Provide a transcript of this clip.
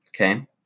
Okay